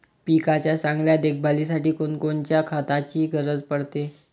पिकाच्या चांगल्या देखभालीसाठी कोनकोनच्या खताची गरज पडते?